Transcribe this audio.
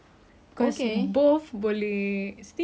boleh grill boleh macam-macam